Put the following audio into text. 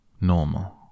Normal